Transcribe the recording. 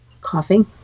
coughing